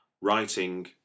writing